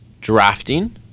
Drafting